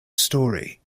story